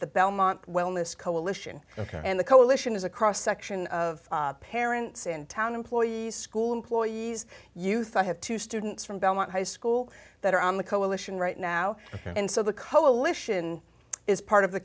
the belmont wellness coalition ok and the coalition is a cross section of parents and town employees school employees youth i have two students from belmont high school that are on the coalition right now and so the coalition is part of